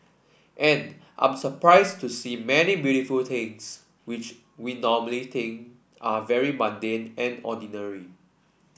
and I'm surprised to see many beautiful things which we normally think are very mundane and ordinary